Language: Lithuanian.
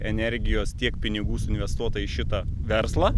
energijos tiek pinigų suinvestuota į šitą verslą